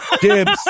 dibs